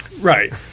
Right